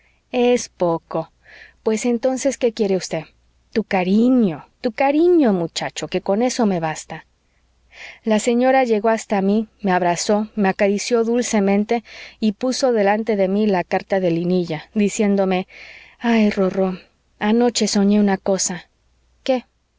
es poco pues entonces qué quiere usted tu cariño tu cariño muchacho que con eso me basta la señora llegó hasta mí me abrazó me acarició dulcemente y puso delante de mí la carta de linilla diciéndome ay rorró anoche soñé una cosa qué